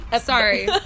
Sorry